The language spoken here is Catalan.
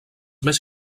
més